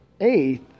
eighth